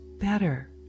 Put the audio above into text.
better